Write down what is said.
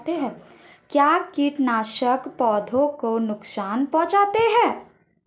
क्या कीटनाशक पौधों को नुकसान पहुँचाते हैं?